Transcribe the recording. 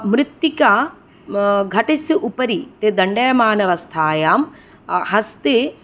मृत्तिका घटस्य उपरि ते दण्डयमानवस्थायां हस्ते